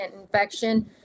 infection